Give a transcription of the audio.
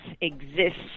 exists